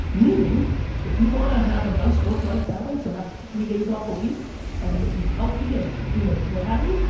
meaning if you want to have a nice work life balance and have three days off a week and be healthy, and you know what have you,